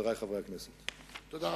חברי חברי הכנסת, תודה רבה.